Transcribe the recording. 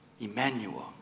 Emmanuel